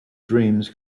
dreams